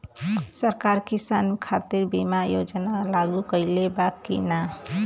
सरकार किसान खातिर बीमा योजना लागू कईले बा की ना?